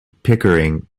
pickering